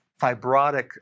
fibrotic